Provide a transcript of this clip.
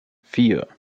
vier